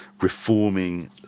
reforming